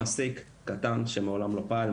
מעסיק קטן שמעולם לא פעל,